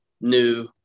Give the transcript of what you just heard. new